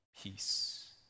peace